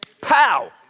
pow